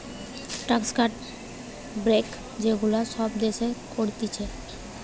tax cut, break যে গুলা সব দেশের করতিছে